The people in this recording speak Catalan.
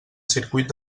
circuit